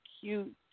cute